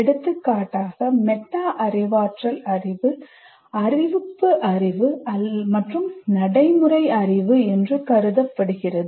எடுத்துக்காட்டாக மெட்டா அறிவாற்றல் அறிவு அறிவிப்பு அறிவு மற்றும் நடைமுறை அறிவு என்று கருதப்படுகிறது